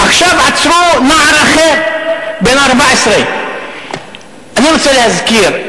עכשיו עצרו נער אחר, בן 14. אני רוצה להזכיר.